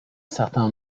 certain